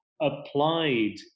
applied